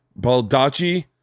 Baldacci